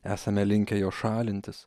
esame linkę jo šalintis